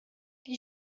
die